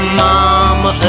mama